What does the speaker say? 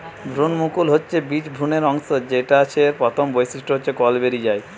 ভ্রূণমুকুল হচ্ছে বীজ ভ্রূণের অংশ যেটা ছের প্রথম বৈশিষ্ট্য হচ্ছে কল বেরি যায়